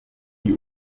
die